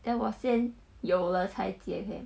then 我先有了才结婚